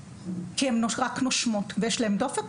רק כי הן נושמות ויש להן דופק,